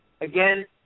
again